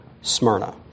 Smyrna